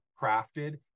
crafted